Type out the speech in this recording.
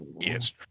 Yes